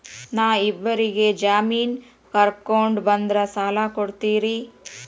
ನಾ ಇಬ್ಬರಿಗೆ ಜಾಮಿನ್ ಕರ್ಕೊಂಡ್ ಬಂದ್ರ ಸಾಲ ಕೊಡ್ತೇರಿ?